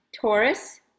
Taurus